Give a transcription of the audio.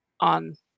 on